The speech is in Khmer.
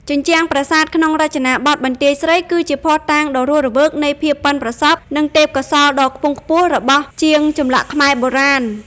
ជញ្ជាំងប្រាសាទក្នុងរចនាបថបន្ទាយស្រី គឺជាភស្តុតាងដ៏រស់រវើកនៃភាពប៉ិនប្រសប់ និងទេពកោសល្យដ៏ខ្ពង់ខ្ពស់របស់ជាងចម្លាក់ខ្មែរបុរាណ។